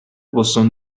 بوستون